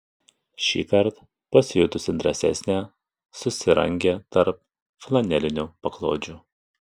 šįsyk pasijutusi drąsesnė susirangė tarp flanelinių paklodžių